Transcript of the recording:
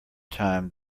time